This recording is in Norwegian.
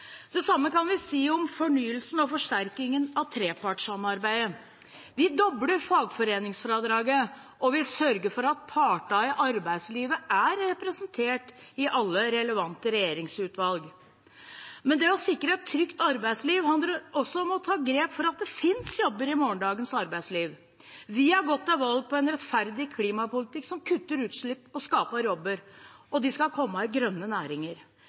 Det samme kan vi si om fornyelsen og forsterkingen av trepartssamarbeidet. Vi dobler fagforeningsfradraget, og vi sørger for at partene i arbeidslivet er representert i alle relevante regjeringsutvalg. Men det å sikre et trygt arbeidsliv handler også om å ta grep for at det finnes jobber i morgendagens arbeidsliv. Vi har gått til valg på en rettferdig klimapolitikk, som kutter utslipp og skaper jobber, og de skal komme i grønne næringer.